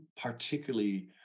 particularly